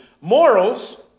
morals